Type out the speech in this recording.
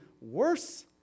worse